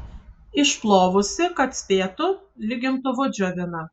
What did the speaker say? išplovusi kad spėtų lygintuvu džiovina